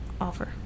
offer